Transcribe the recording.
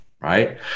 right